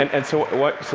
and and so what so